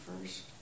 first